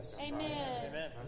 Amen